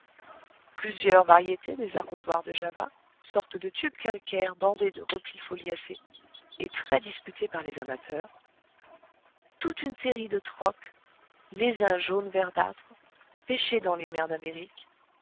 plusieurs variétés des arrosoirs de java sortes de tubes calcaires bordés de replis foliacés et très disputés par les amateurs toute une série de troques les uns jaune verdâtre pêchés dans les mers d'amérique